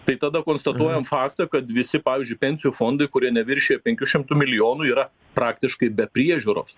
tai tada konstatuojam faktą kad visi pavyzdžiui pensijų fondai kurie neviršija penkių šimtų milijonų yra praktiškai be priežiūros